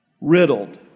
riddled